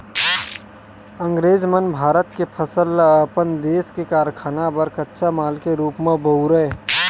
अंगरेज मन भारत के फसल ल अपन देस के कारखाना बर कच्चा माल के रूप म बउरय